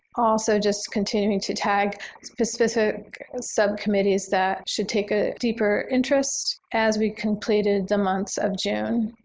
also just continuing to tag specific subcommittees that should take a deeper interest as we completed the month of june.